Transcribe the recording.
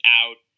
out